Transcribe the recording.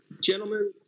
Gentlemen